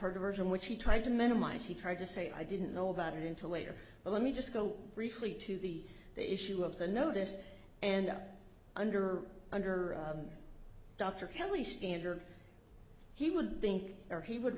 her diversion which he tried to minimize he tried to say i didn't know about it into later but let me just go briefly to the issue of the notice and under under dr kelly standard he would think or he would